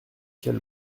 quel